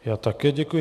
Já také děkuji.